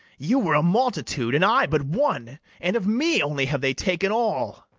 you were a multitude, and i but one and of me only have they taken all.